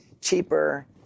cheaper